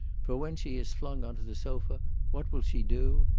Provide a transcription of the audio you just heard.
for when she is flung on to the sofa, what will she do?